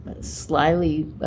Slyly